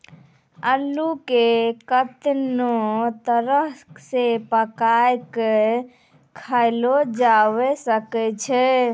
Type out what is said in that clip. अल्लू के कत्ते नै तरह से पकाय कय खायलो जावै सकै छै